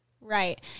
right